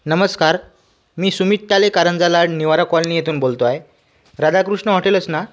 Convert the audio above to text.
नमस्कार मी सुमित ताले कारंजा लाड निवारा कॉलनी इथून बोलतो आहे राधाकृष्ण हॉटेलच ना